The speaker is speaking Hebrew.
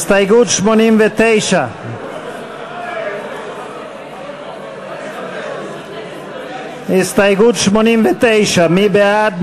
הסתייגות 89. הסתייגות 89. מי בעד?